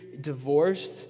divorced